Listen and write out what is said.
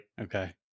Okay